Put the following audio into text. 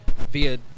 Via